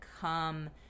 come